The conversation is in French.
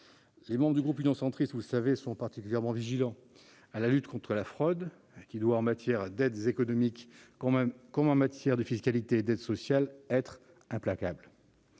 Les membres du groupe Union Centriste, vous le savez, sont particulièrement vigilants à la lutte contre la fraude, qui, en matière d'aides économiques, comme en matière de fiscalité et d'aides sociales, doit être implacable.